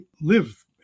live